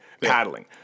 paddling